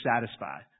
satisfied